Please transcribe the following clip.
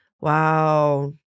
wow